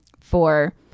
for-